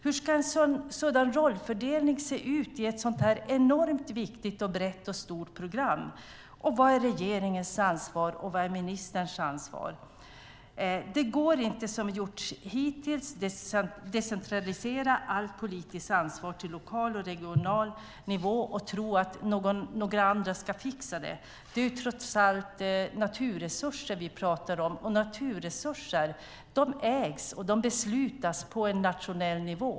Hur ska en sådan rollfördelning se ut i ett sådant här enormt viktigt, brett och stort program? Vad är regeringens ansvar och vad är ministerns ansvar? Det går inte att som hittills decentralisera allt politiskt ansvar till lokal och regional nivå och tro att några andra ska fixa det. Det är trots allt naturresurser vi pratar om, och naturresurser ägs och beslutas på en nationell nivå.